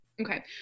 okay